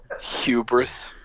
Hubris